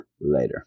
later